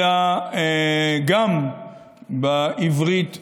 אלא גם בעברית המשודרת,